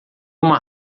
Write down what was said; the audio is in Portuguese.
uma